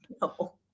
no